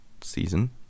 season